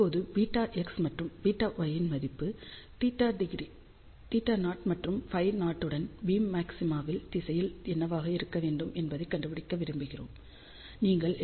இப்போது βx மற்றும் βy இன் மதிப்பு θ0 மற்றும் Φ0 உடன் பீம் மாக்ஸிமாவின் திசையில் என்னவாக இருக்க வேண்டும் என்பதைக் கண்டுபிடிக்க விரும்புகிறோம் என்று சொல்லலாம்